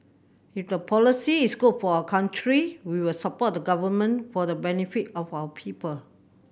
if the policy is good for our country we will support the Government for the benefit of our people